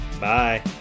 Bye